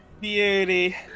Beauty